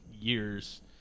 years